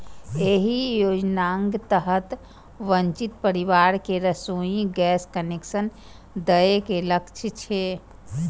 एहि योजनाक तहत वंचित परिवार कें रसोइ गैस कनेक्शन दए के लक्ष्य छै